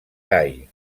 gai